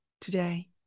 today